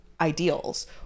ideals